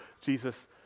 Jesus